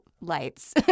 lights